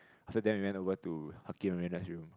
after then we went over to Hakim and Raned's room